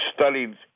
studied